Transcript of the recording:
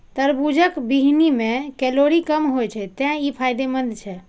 तरबूजक बीहनि मे कैलोरी कम होइ छै, तें ई फायदेमंद छै